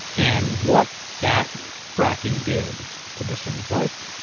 and what that fracking did to this woman's life,